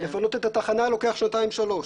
לפנות את התחנה לוקח שנתיים שלוש.